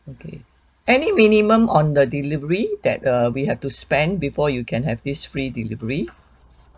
okay any minimum on the delivery that err we have to spend before you can have this free delivery